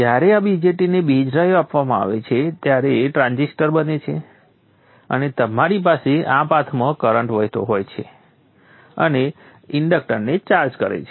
જ્યારે આ BJTને બેઝ ડ્રાઇવ આપવામાં આવે છે ત્યારે આ ટ્રાન્ઝિસ્ટર બને છે અને તમારી પાસે આ પાથમાં કરંટ વહેતો હોય છે અને આ ઇન્ડક્ટરને ચાર્જ કરે છે